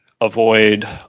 avoid